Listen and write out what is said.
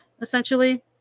essentially